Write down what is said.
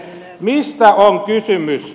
mistä on kysymys